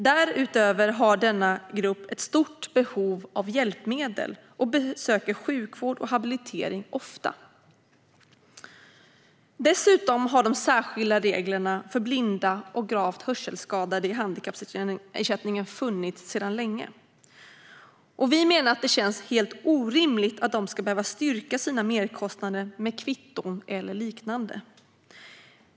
Därutöver har denna grupp ett stort behov av hjälpmedel, och de besöker sjukvård och habilitering ofta. Dessutom har de särskilda reglerna för handikappersättning för blinda och gravt hörselskadade funnits sedan länge. Vi menar att det känns orimligt att de ska behöva styrka sina merkostnader med kvitton eller liknande.